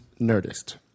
nerdist